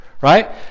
right